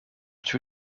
two